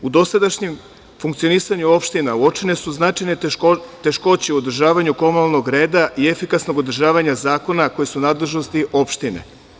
U dosadašnjem funkcionisanju opština uočene su značajne teškoće u održavanju komunalnog reda i efikasnog održavanja zakona koje su u nadležnosti opština.